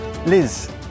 Liz